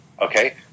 okay